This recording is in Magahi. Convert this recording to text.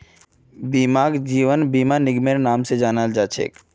बीमाक जीवन बीमा निगमेर नाम से जाना जा छे